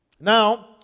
Now